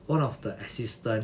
one of the assistant